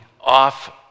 off